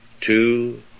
two